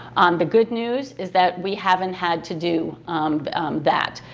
the good news is that we haven't had to do that.